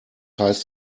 heißt